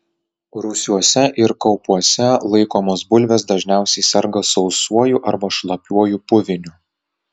rūsiuose ir kaupuose laikomos bulvės dažniausiai serga sausuoju arba šlapiuoju puviniu